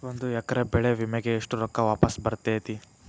ಒಂದು ಎಕರೆ ಬೆಳೆ ವಿಮೆಗೆ ಎಷ್ಟ ರೊಕ್ಕ ವಾಪಸ್ ಬರತೇತಿ?